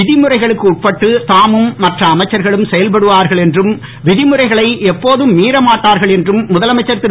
விதிமுறைகளுக்கு உட்பட்டு தாமும் மற்ற அமைச்சர்களும் செயல்படுவார்கள் என்றும் விதிமுறைகளை எப்போதும் மீறமாட்டார்கள் என்றும் முதலமைச்சர் திரு